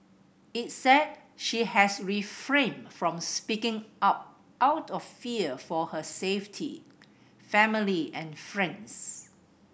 it said she has refrained from speaking up out of fear for her safety family and friends